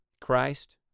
Christ